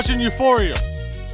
euphoria